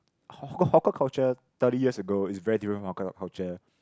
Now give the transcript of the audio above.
haw~ hawker culture thirty years ago is very different from hawker culture